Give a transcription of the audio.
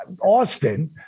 Austin